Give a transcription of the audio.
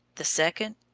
the second,